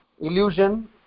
illusion